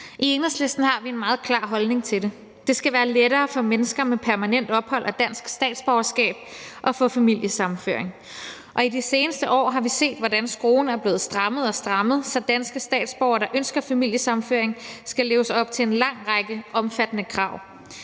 I Enhedslisten har vi en meget klar holdning til det. Det skal være lettere for mennesker med permanent ophold og dansk statsborgerskab at få familiesammenføring, og i de seneste år har vi set, hvordan skruen er blevet strammet og strammet, så danske statsborgere, der ønsker familiesammenføring, skal leve op til en lang række omfattende krav.